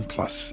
Plus